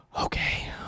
Okay